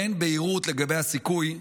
אין בהירות לגבי הסיכוי,